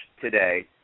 today